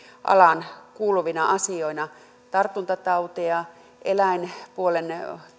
alaan kuuluvina asioina tartuntatauteja eläinpuolen